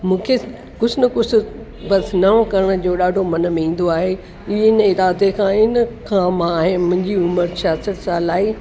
मूंखे कुझ न कुझु बसि नओ करण जो ॾाढो मन में ईंदो आहे इन्हनि इरादे खां इन खां मां आहे मुंहिंजी उमिरि छहाठि साल आहे